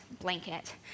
blanket